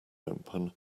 open